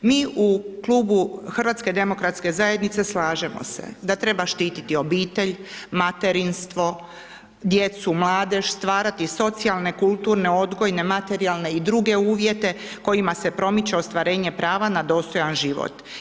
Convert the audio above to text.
Mi u Klubu HDZ-a slažemo se da treba štiti obitelj, materinstvo, djecu, mladež, stvarati socijalne, kulturne, odgojne, materijalne i druge uvjete kojima se promiče ostvarenje prava na dostojan život.